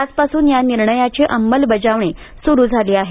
आजपासून या निर्णयाची अंमलबजावणी सुरू झाली आहे